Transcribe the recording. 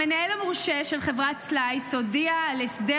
המנהל המורשה של חברת סלייס הודיע על הסדר